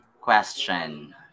question